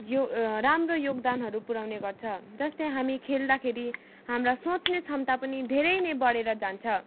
यो राम्रो योगदनहरू पुऱ्याउने गर्छ जस्तै हामी खेल्दाखेरि हाम्रा सोच्ने क्षमता पनि धेरै नै बढेर जान्छ